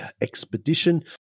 expedition